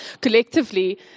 collectively